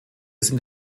sind